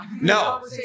No